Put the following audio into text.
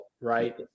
right